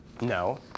No